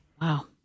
Wow